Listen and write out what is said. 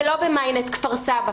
ולא ב-mynet כפר סבא,